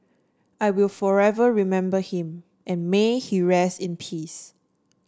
I will forever remember him and may he rest in peace